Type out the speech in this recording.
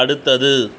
அடுத்தது